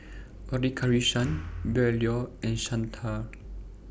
Radhakrishnan Bellur and Santha